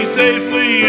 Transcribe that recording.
safely